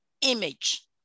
image